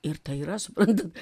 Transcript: ir tai yra suprantat